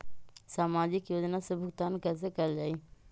सामाजिक योजना से भुगतान कैसे कयल जाई?